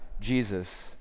Jesus